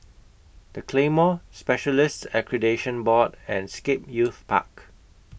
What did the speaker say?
The Claymore Specialists Accreditation Board and Scape Youth Park